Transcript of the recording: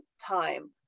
time